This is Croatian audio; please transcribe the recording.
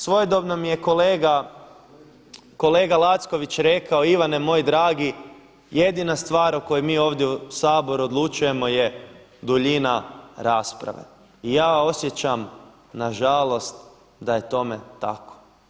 Svojedobno mi je kolega Lacković rekao Ivane moj dragi jedina stvar o kojoj mi ovdje u Saboru odlučujemo je duljina rasprave i ja osjećam nažalost da je tome tako.